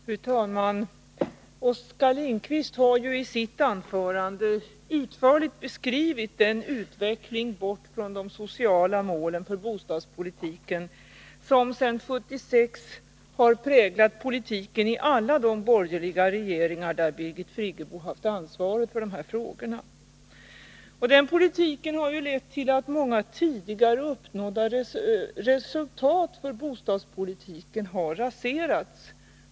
Fru talman! Oskar Lindkvist har i sitt anförande utförligt beskrivit den utveckling bort från de sociala målen för bostadspolitiken som sedan 1976 har präglat politiken i alla de borgerliga regeringar där Birgit Friggebo haft ansvaret för de här frågorna. Och den politiken har lett till att många tidigare uppnådda resultat inom bostadspolitiken har raserats.